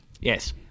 Yes